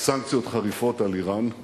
סנקציות חריפות על אירן,